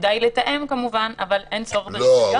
כדאי לתאם כמובן, אבל אין צורך ברישיון